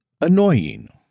annoying